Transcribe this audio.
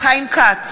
חיים כץ,